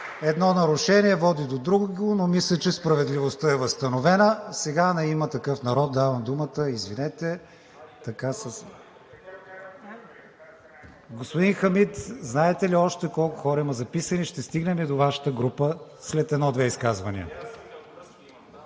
Едно нарушение води до друго, но мисля, че справедливостта е възстановена. (Народният представител Хамид Хамид иска думата.) Господин Хамид, знаете ли още колко хора има записани? Ще стигнем и до Вашата група след едно-две изказвания.